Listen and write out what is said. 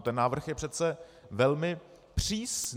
Ten návrh je přece velmi přísný.